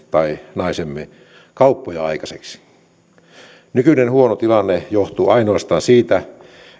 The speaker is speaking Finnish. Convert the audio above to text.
tai naisemme kauppoja aikaan nykyinen huono tilanne johtuu ainoastaan siitä